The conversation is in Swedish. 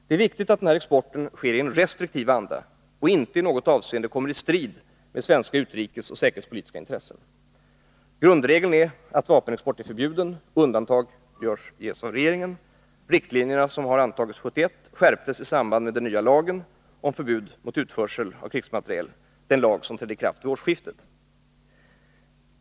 Det är väsentligt att denna export sker i en restriktiv anda och inte i något avseende kommer i strid med svenska utrikesoch säkerhetspolitiska intressen. Grundregeln är att vapenexport är förbjuden. Undantag från denna regel kan ges av regeringen. De riktlinjer för vapenexport som antogs år 1971 skärptes i samband med antagandet av den nya lagen om förbud mot utförsel från Sverige av krigsmateriel, m.m., som trädde i kraft vid årsskiftet.